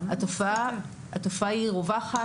התופעה היא רווחת,